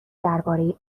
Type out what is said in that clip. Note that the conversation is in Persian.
درباره